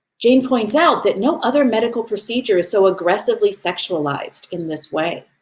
jain points out that no other medical procedure is so aggressively sexualized in this way.